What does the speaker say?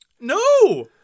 No